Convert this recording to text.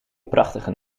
prachtige